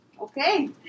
Okay